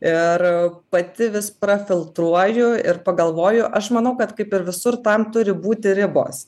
ir pati vis prafiltruoju ir pagalvoju aš manau kad kaip ir visur tam turi būti ribos